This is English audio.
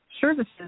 services